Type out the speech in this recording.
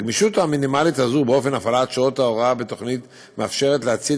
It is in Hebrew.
הגמישות המינימלית הזאת באופן הפעלת שעות ההוראה בתוכנית מאפשרת להצעיד